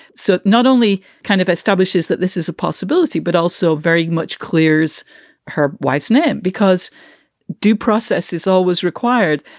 so not only kind of establishes that this is a possibility, but also very much clears her wife's name because due process is always required.